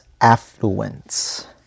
affluence